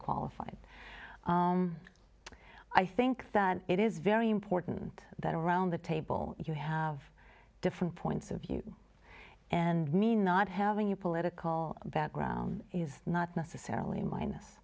qualified i think that it is very important that around the table you have different points of view and mean not having a political background is not necessarily a minus